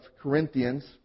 Corinthians